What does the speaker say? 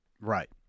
Right